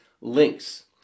links